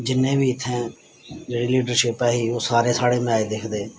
जिन्ने बी इत्थै जेह्ड़ी लीडरशिप ऐ ही ओह् सारे साढ़े मैच दिखदे